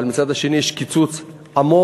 אבל מצד שני יש קיצוץ עמוק.